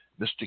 Mr